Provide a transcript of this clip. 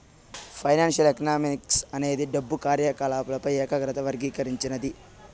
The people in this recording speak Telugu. ఫైనాన్సియల్ ఎకనామిక్స్ అనేది డబ్బు కార్యకాలపాలపై ఏకాగ్రత వర్గీకరించింది